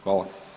Hvala.